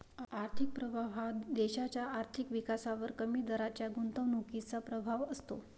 आर्थिक प्रभाव हा देशाच्या आर्थिक विकासावर कमी दराच्या गुंतवणुकीचा प्रभाव असतो